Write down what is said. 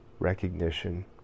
Recognition